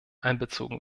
einbezogen